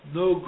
no